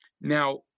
Now